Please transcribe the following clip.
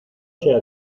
sea